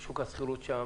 שוק השכירות שם